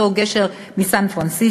אותו גשר בסן-פרנסיסקו,